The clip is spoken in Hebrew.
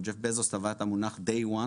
או ג'ף בזוס תבע את המונח Day one,